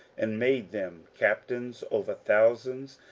and made them captains over thousands,